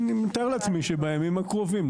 אני מתאר לעצמי שבימים הקרובים.